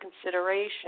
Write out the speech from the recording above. consideration